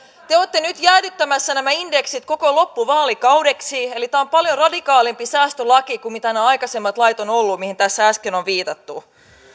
te te olette nyt jäädyttämässä nämä indeksit koko loppuvaalikaudeksi eli tämä on paljon radikaalimpi säästölaki kuin ovat olleet nämä aikaisemmat lait mihin tässä äsken on viitattu